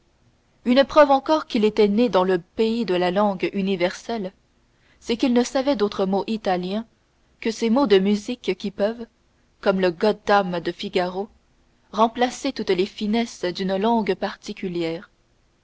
une preuve encore qu'il était né dans le pays de la langue universelle c'est qu'il ne savait d'autres mots italiens que ces mots de musique qui peuvent comme le goddam de figaro remplacer toutes les finesses d'une langue particulière